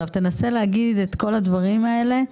תנסה להגיד את כל הדברים האלה,